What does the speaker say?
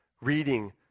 reading